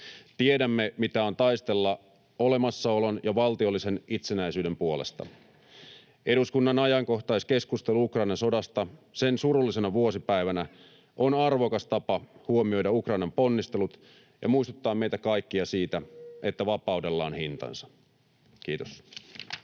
Tiedämme, mitä on taistella olemassaolon ja valtiollisen itsenäisyyden puolesta. Eduskunnan ajankohtaiskeskustelu Ukrainan sodasta sen surullisena vuosipäivänä on arvokas tapa huomioida Ukrainan ponnistelut ja muistuttaa meitä kaikkia siitä, että vapaudella on hintansa. — Kiitos.